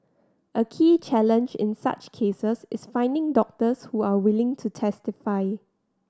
a key challenge in such cases is finding doctors who are willing to testify